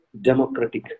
democratic